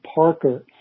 Parker